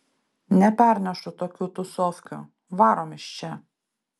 nepernešu tokių tūsofkių varom iš čia